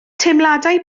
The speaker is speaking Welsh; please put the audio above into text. teimladau